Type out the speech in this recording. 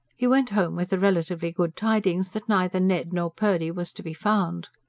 he went home with the relatively good tidings that neither ned nor purdy was to be found.